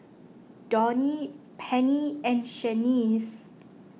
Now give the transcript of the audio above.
Donie Pennie and Shaniece